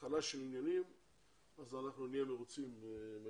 התחלה - נהיה מרוצים.